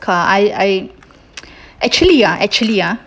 car I I actually ah actually ah